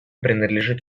принадлежит